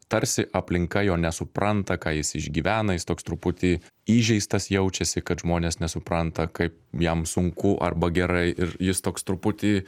tarsi aplinka jo nesupranta ką jis išgyvena jis toks truputį įžeistas jaučiasi kad žmonės nesupranta kaip jam sunku arba gerai ir jis toks truputį